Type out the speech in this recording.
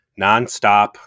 nonstop